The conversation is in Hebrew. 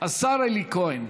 השר אלי כהן.